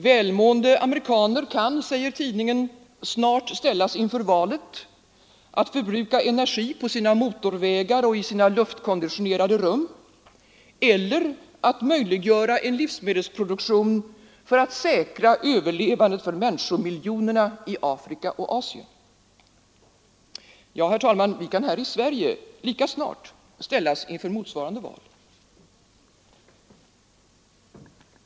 Välmående amerikaner kan, skriver tidningen, snart ställas inför valet att förbruka energi på sina motorvägar och i sina luftkonditionerade rum eller att möjliggöra en livsmedelsproduktion för att säkra överlevandet för människomiljonerna i Afrika och Asien. Herr talman! Vi kan här i Sverige lika snart ställas inför motsvarande val.